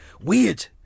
Weird